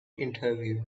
interview